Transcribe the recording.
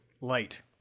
Light